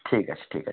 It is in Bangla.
ঠিক আছে ঠিক আছে